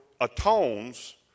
atones